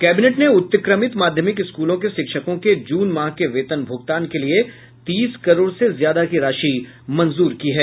cabinet ने उत्क्रमित माध्यमिक स्कूलों के शिक्षकों के जून माह के वेतन भूगतान के लिए तीस करोड़ से ज्यादा की राशि मंजूर की है